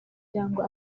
cyangwa